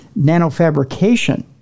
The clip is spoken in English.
nanofabrication